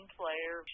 player